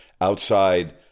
outside